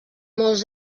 molts